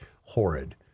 horrid